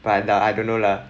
but I don't don't know lah